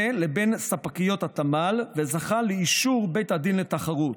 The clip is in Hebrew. לבין ספקיות התמ"ל וזכה לאישור בית הדין לתחרות.